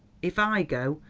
if i go,